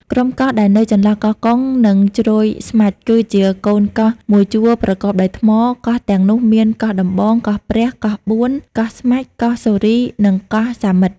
ក្រុមកោះដែលនៅចន្លោះកោះកុង និងជ្រោយស្មាច់ គឺជាកូនកោះមួយជួរប្រកបដោយថ្ម កោះទាំងនោះមាន កោះដំបង កោះព្រះ កោះបួន កោះ ស្មាច់ កោះសូរី និងកោះសាមិត ។